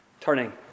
Turning